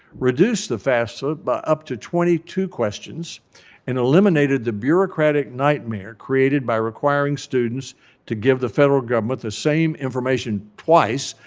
reduced the fafsa by up to twenty two questions and eliminated the bureaucratic nightmare created by requiring students to give the federal government the same information twice,